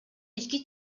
ички